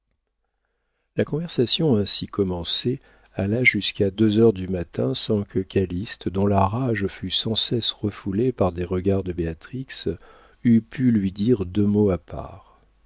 la conversation ainsi commencée alla jusqu'à deux heures du matin sans que calyste dont la rage fut sans cesse refoulée par des regards de béatrix eût pu lui dire deux mots à part